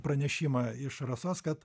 pranešimą iš rasos kad